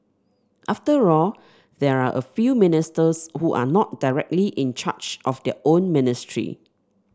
after all there are a few ministers who are not directly in charge of their own ministry